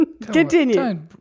Continue